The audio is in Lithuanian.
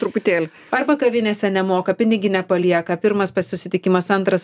truputėlį arba kavinėse nemoka piniginę palieka pirmas susitikimas antras